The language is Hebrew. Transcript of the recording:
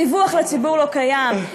הדיווח לציבור לא קיים,